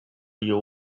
you